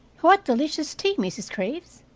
what delicious tea, mrs. graves!